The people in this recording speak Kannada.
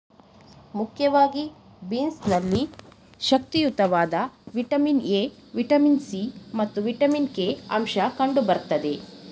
ಮುಖ್ಯವಾಗಿ ಬೀನ್ಸ್ ನಲ್ಲಿ ಶಕ್ತಿಯುತವಾದ ವಿಟಮಿನ್ ಎ, ವಿಟಮಿನ್ ಸಿ ಮತ್ತು ವಿಟಮಿನ್ ಕೆ ಅಂಶ ಕಂಡು ಬರ್ತದೆ